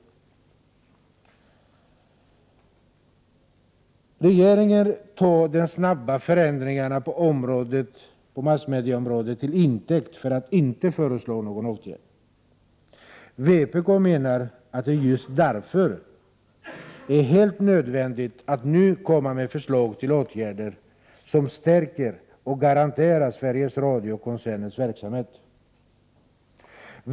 Regeringen tar de snabba förändringarna på massmedieområdet till intäkt för att inte föreslå någon åtgärd. Vpk menar att det just därför är helt nödvändigt att nu komma med förslag till åtgärder som stärker och garanterar Sveriges Radio-koncernens verksamhet.